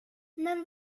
men